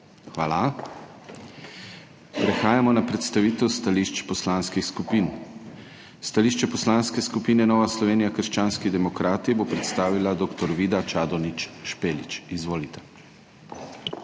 Hvala. Prehajamo na predstavitev stališč poslanskih skupin. Stališče Poslanske skupine Nova Slovenija – krščanski demokrati bo predstavila dr. Vida Čadonič Špelič. Izvolite.